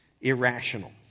irrational